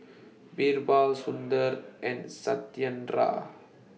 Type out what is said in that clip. Birbal Sundar and Satyendra